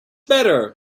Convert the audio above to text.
better